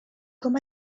com